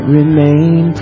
remain